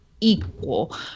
equal